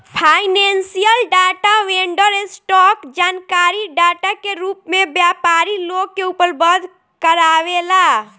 financial data vendor, stock जानकारी data के रूप में व्यापारी लोग के उपलब्ध कारावेला